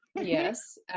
Yes